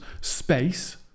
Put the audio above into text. space